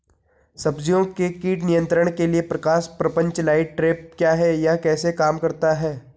सब्जियों के कीट नियंत्रण के लिए प्रकाश प्रपंच लाइट ट्रैप क्या है यह कैसे काम करता है?